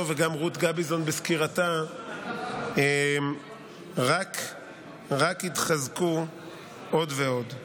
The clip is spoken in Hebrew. וגם רות גביזון בסקירתה רק התחזקו עוד ועוד.